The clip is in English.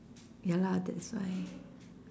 ya lah that's why